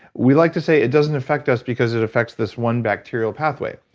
we like to say it doesn't affect us because it affects this one bacterial pathway.